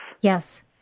Yes